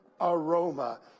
aroma